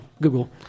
Google